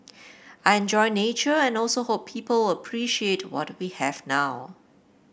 I enjoy nature and also hope people will appreciate what we have now